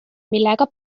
millega